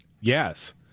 Yes